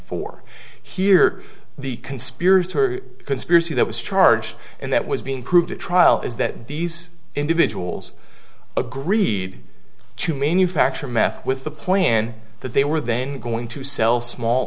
for here the conspiracy conspiracy that was charged and that was being proved at trial is that these individuals agreed to mean you factor meth with the plan that they were then going to sell small